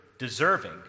deserving